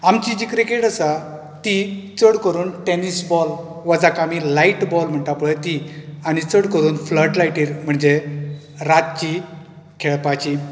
आमची जी क्रिकेट आसा ती चड करून टॅनीस बॉल वा जाका आमी लायट बॉल म्हणटा पळय ती आनी चड करून फ्लट लाइटीर मह्णजे रातची खेळपाची